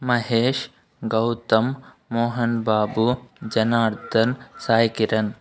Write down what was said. Mahesh Gautam Mohan Babu Janardhan Sai Kiran